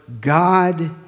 God